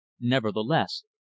nevertheless